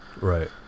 right